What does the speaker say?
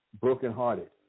brokenhearted